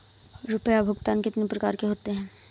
रुपया भुगतान कितनी प्रकार के होते हैं?